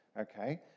okay